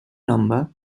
number